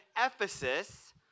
Ephesus